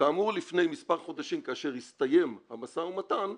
כאמור לפני מספר חודשים כאשר הסתיים המשא ומתן,